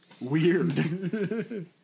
Weird